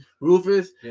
Rufus